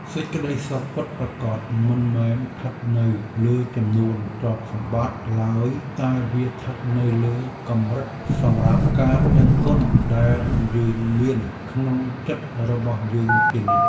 សេចក្ដីសុខពិតប្រាកដមិនមែនស្ថិតនៅលើចំនួនទ្រព្យសម្បត្តិឡើយតែវាស្ថិតនៅលើកម្រិតសម្រាប់ការដឹងគុណដែលយើងមានក្នុងចិត្តរបស់យើងជានិច្ច។